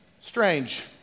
strange